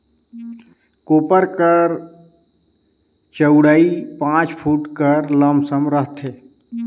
कोपर कर चउड़ई पाँच फुट कर लमसम रहथे